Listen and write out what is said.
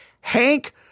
Hank